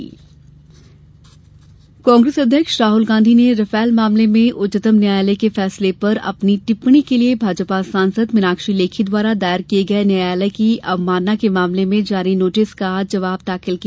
सुको Rafale notice Congress अध्यक्ष राहल गांधी ने राफेल मामले में उच्चतम न्यायालय के फैसले पर अपनी टिप्पणी के लिए भाजपा सांसद मीनाक्षी लेखी द्वारा दायर किए गए न्यायालय की अवमानना के मामले में जारी नोटिस का आज जवाब दाखिल किया